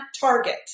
target